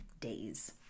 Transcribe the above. days